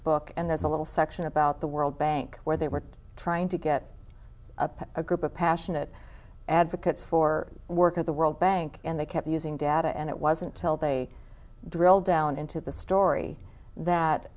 book and there's a little section about the world bank where they were trying to get up a group of passionate advocates for work at the world bank and they kept using data and it wasn't till they drilled down into the story that